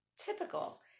Typical